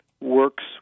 works